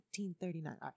1939